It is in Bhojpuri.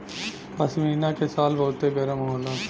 पश्मीना के शाल बहुते गरम होला